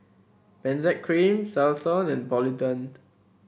Benzac Cream Selsun and Polident